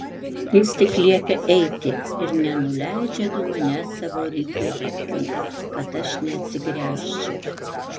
jis tik liepia eiti ir nenuleidžia nuo manęs savo ryklio akių kad aš neatsigręžčiau